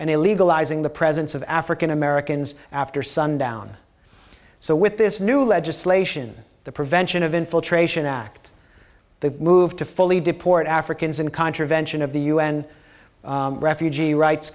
in legalizing the presence of african americans after sundown so with this new legislation the prevention of infiltration act the move to fully deport africans in contravention of the un refugee rights